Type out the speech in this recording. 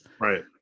Right